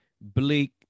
bleak